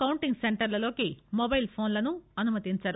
counting సెంటర్లలోకి mobile ఫోన్లను అనుమతించరు